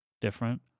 different